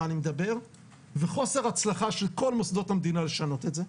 אני מדבר וחוסר הצלחה של כל מוסדות המדינה לשנות את זה.